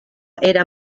era